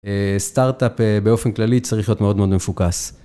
סטארט-אפ באופן כללי צריך להיות מאוד מאוד מפוקס.